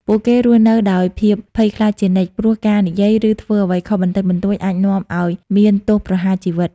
ពួកគេរស់នៅដោយភាពភ័យខ្លាចជានិច្ច ព្រោះការនិយាយ ឬធ្វើអ្វីខុសបន្តិចបន្តួចអាចនាំឲ្យមានទោសប្រហារជីវិត។